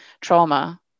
trauma